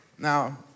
Now